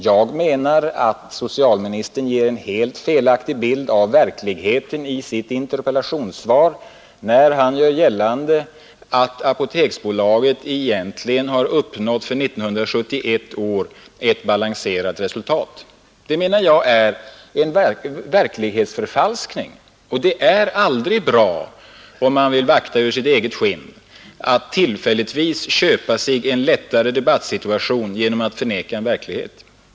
Jag menar att socialministern ger en helt felaktig bild av verkligheten i sitt interpellationssvar, när han gör gällande att Apoteksbolaget för år 1971 egentligen har uppnått ett balanserat resultat. Detta anser jag vara en verklighetsförfalskning. Om man vill vakta över sitt eget skinn, är det aldrig bra att tillfälligtvis köpa sig en lättare debattsituation genom att förneka en verklighet.